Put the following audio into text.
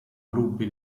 gruppi